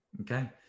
Okay